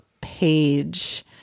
page